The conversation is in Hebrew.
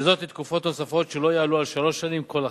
וזאת לתקופות נוספות שלא יעלו על שלוש שנים כל אחת.